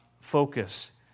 focus